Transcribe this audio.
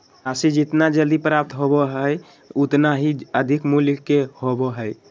राशि जितना जल्दी प्राप्त होबो हइ उतना ही अधिक मूल्य के होबो हइ